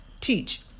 teach